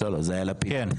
כן, כן.